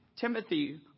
Timothy